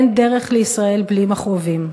אין דרך לישראל בלי מכאובים.